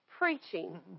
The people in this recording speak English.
preaching